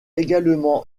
également